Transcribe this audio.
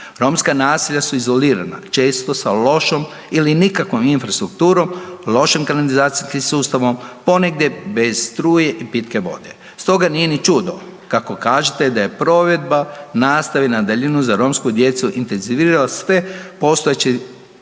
Romska naselja su izolirana često sa lošom ili nikakvom infrastrukturom, lošim kanalizacijskim sustavom, ponegdje bez struje i pitke vode. Stoga nije ni čudo kako kažete da je provedba nastave na daljinu za romsku djecu intenzivirala sve postojeće